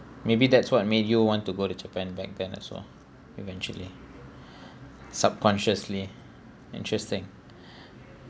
maybe that's what made you want to go to japan back then also eventually subconsciously interesting